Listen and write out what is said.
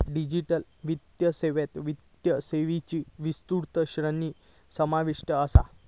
digital वित्तीय सेवात वित्तीय सेवांची विस्तृत श्रेणी समाविष्ट असा